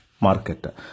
market